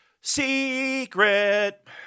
Secret